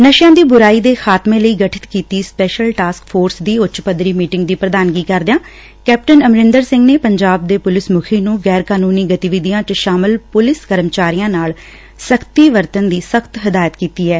ਨਸ਼ਿਆਂ ਦੀ ਬੁਰਾਈ ਦੇ ਖਾਤਮੇ ਲਈ ਗਠਿਤ ਕੀਤੀ ਸਪਸ਼ੈਲ ਟਾਸਕ ਫੋਰਸ ਦੀ ਉੱਚ ਪੱਧਰੀ ਮੀਟਿੰਗ ਦੀ ਪ੍ਰਧਾਨਗੀ ਕਰਦਿਆਂ ਕੈਪਟਨ ਅਮਰਿੰਦਰ ਸਿੰਘ ਨੇ ਪੰਜਾਬ ਦੇ ਪੁਲਿਸ ਮੁਖੀ ਨੂੰ ਗੈਰ ਕਾਨੂੰਨੀ ਗਤੀਵਿਧੀਆਂ ਚ ਸ਼ਾਮਲ ਪੁਲਿਸ ਕਰਮਚਾਰੀਆਂ ਨਾਲ ਸਖ਼ਤੀ ਵਰਤਣ ਦੀ ਸਖ਼ਤ ਹਦਾਇਤ ਕੀਤੀ ਐ